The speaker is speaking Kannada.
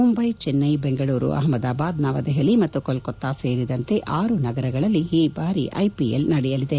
ಮುಂಬೈ ಚೆನ್ನೈ ಬೆಂಗಳೂರು ಅಹಮದಾಬಾದ್ ನವದೆಪಲಿ ಮತ್ತು ಕೋಲ್ಕೊತಾ ಸೇರಿದಂತೆ ಆರು ನಗರಗಳಲ್ಲಿ ಈ ಬಾರಿ ಐಪಿಎಲ್ ನಡೆಯಲಿದೆ